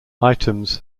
items